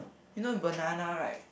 you know banana right